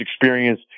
experience